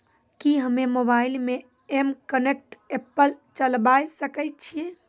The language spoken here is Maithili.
कि हम्मे मोबाइल मे एम कनेक्ट एप्प चलाबय सकै छियै?